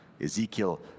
Ezekiel